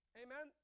amen